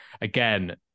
again